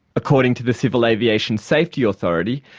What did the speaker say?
according to the civil aviation safety authority,